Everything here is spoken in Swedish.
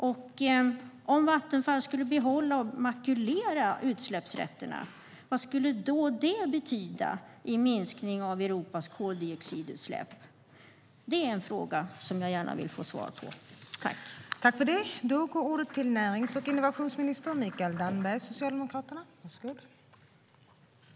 Vad skulle det betyda i fråga om minskning av Europas koldioxidutsläpp om Vattenfall skulle behålla och makulera utsläppsrätterna? Det är en fråga som jag gärna vill få svar på.